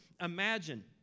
imagine